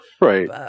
right